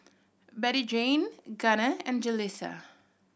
Bettyjane Gunner and Jalissa